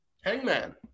Hangman